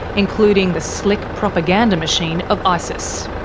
including the slick propaganda machine of isis.